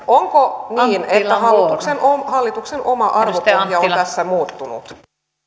onko niin että hallituksen oma arvopohja on tässä muuttunut